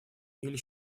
или